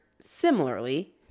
similarly